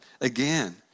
again